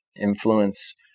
influence